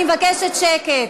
אני מבקשת שקט.